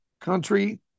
Country